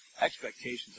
expectations